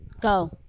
Go